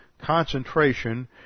concentration